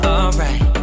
Alright